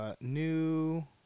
new